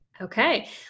Okay